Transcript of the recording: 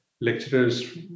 lecturers